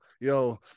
yo